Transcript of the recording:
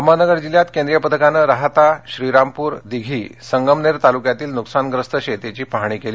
अहमदनगर जिल्ह्यात केंद्रीय पथकानं राहाताश्रीरामपूर दिघी संगमनेर तालुक्यातील नुकसानग्रस्त शेतीची पाहणीकेली